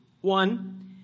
One